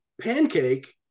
Pancake